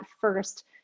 first